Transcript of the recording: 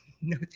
no